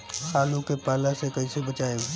आलु के पाला से कईसे बचाईब?